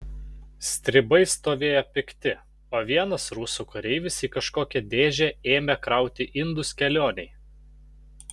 stribai stovėjo pikti o vienas rusų kareivis į kažkokią dėžę ėmė krauti indus kelionei